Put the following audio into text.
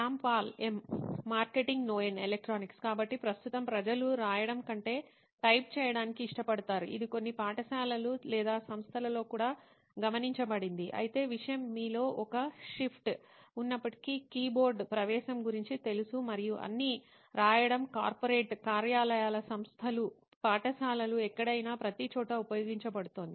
Shyam Pal M marketing నోయిన్ electronics కాబట్టి ప్రస్తుతం ప్రజలు రాయడం కంటే టైప్ చేయడానికే ఇష్టపడతారు ఇది కొన్ని పాఠశాలలు లేదా సంస్థలలో కూడా గమనించబడింది అయితే విషయం మీలో ఒక షిఫ్ట్ ఉన్నప్పటికీ కీబోర్డ్ ప్రవేశం గురించి తెలుసు మరియు అన్నీ రాయడం కార్పొరేట్ కార్యాలయాలు సంస్థలు పాఠశాలలు ఎక్కడైనా ప్రతిచోటా ఉపయోగించబడుతోంది